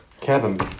Kevin